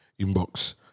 inbox